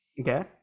Okay